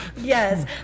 Yes